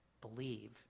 believe